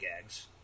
gags